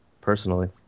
personally